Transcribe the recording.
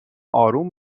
آروم